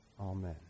Amen